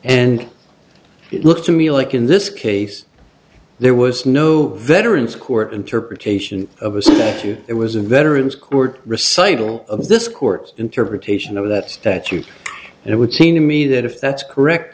and it looked to me like in this case there was no veterans court interpretation of a few it was a veteran's court recital of this court's interpretation of that statute and it would seem to me that if that's correct